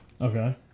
Okay